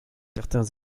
certains